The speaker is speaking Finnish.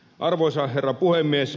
arvoisa herra puhemies